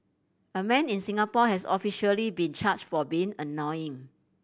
a man in Singapore has officially been charge for being annoying